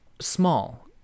small